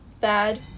bad